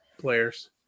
players